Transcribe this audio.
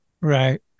right